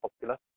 popular